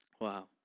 Wow